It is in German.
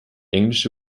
englische